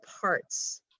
parts